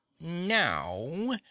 Now